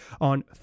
on